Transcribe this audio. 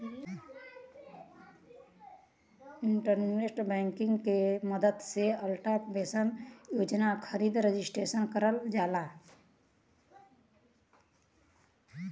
internet banking के मदद से अटल पेंशन योजना खातिर रजिस्टर करल जाला